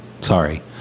sorry